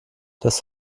das